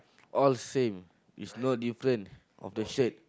all same it's not different of the shape